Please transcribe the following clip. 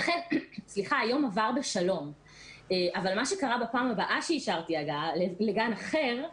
היום עבר בשלום אבל מה שקרה בפעם הבאה שאישרתי הגעה לגן אחר,